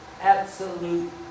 absolute